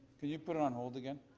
can you put it on hold again?